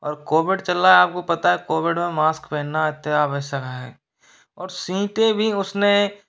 और कोविड चल रहा है आपको पता है कोविड में मास्क पहनना अति अतिआवश्यक है और सीटें भी उसने